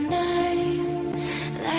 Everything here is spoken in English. name